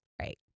Right